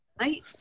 right